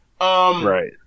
Right